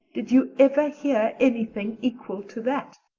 did you ever hear anything equal to that?